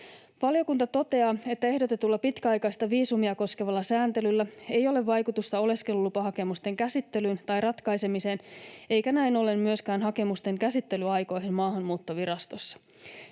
Valiokunta toteaa, että ehdotetulla pitkäaikaista viisumia koskevalla sääntelyllä ei ole vaikutusta oleskelulupahakemusten käsittelyyn tai ratkaisemiseen eikä näin ollen myöskään hakemusten käsittelyaikoihin Maahanmuuttovirastossa.